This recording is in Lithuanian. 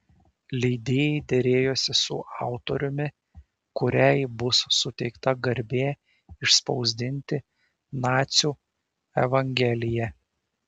leidėjai derėjosi su autoriumi kuriai bus suteikta garbė išspausdinti nacių evangeliją